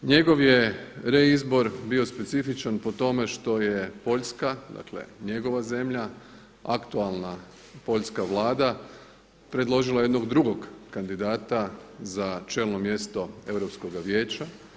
Njegov je reizbor bio specifičan po tome što je Poljska, dakle njegova zemlja aktualna poljska Vlada predložila jednog drugog kandidata za čelno mjesto Europskoga vijeća.